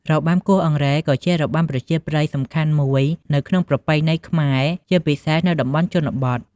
របាំគោះអង្រែ ក៏ជារបាំប្រជាប្រិយសំខាន់មួយនៅក្នុងប្រពៃណីខ្មែរជាពិសេសនៅតំបន់ជនបទ។